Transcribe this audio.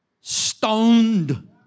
stoned